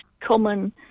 common